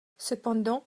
cependant